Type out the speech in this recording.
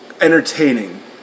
entertaining